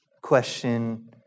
question